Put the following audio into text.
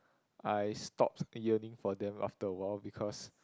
I stopped yearning for them after a while because